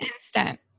Instant